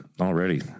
already